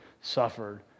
suffered